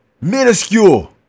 minuscule